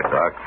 Doc